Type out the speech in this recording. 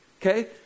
Okay